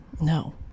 No